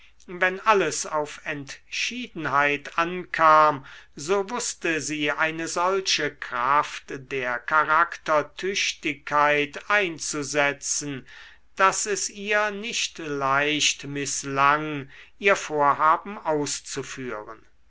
wenn alles auf entschiedenheit ankam so wußte sie eine solche kraft der charaktertüchtigkeit einzusetzen daß es ihr nicht leicht mißlang ihr vorhaben auszuführen